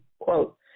quote